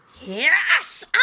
Yes